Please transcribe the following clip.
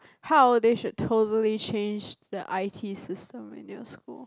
how they should totally change the I_T system in your school